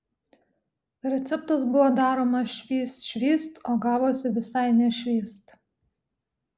receptas buvo daromas švyst švyst o gavosi visai ne švyst